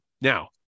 now